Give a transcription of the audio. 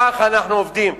כך אנחנו עובדים.